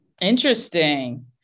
Interesting